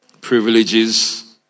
privileges